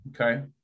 Okay